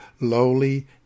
lowly